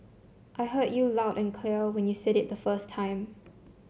I heard you loud and clear when you said it the first time